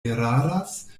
eraras